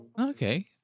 Okay